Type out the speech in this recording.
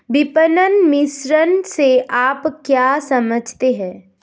विपणन मिश्रण से आप क्या समझते हैं?